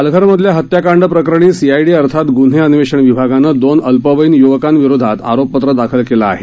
पालघरमधल्या हत्याकांड प्रकरणी सीआयडी अर्थात गुन्हे अन्वेषण विभागानं दोन अल्पवयीन य्वकांविरोधात आरोपपत्र दाखल केलं आहे